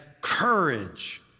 courage